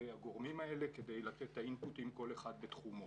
הגורמים האלה כדי לתת את האינפוטים כל אחד בתחומו.